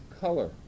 color